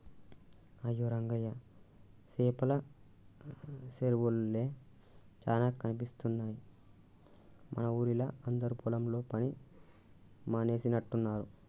అయ్యో రంగయ్య సేపల సెరువులే చానా కనిపిస్తున్నాయి మన ఊరిలా అందరు పొలం పని మానేసినట్టున్నరు